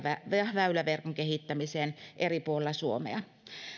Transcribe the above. väyläverkon kehittämiseen eri puolilla suomea